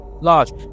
large